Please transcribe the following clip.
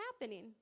happening